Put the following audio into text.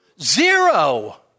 Zero